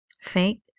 Fake